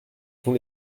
sont